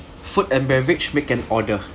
food and beverage make an order